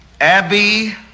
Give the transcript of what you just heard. Abby